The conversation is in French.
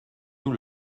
nous